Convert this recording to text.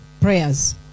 prayers